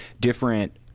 different